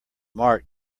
mark